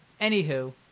anywho